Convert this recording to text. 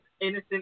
innocent